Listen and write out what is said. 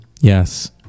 Yes